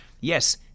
yes